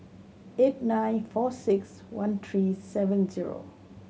eight nine four six one three seven zero